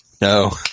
No